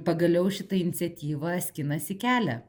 pagaliau šita iniciatyva skinasi kelią